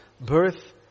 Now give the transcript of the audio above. birth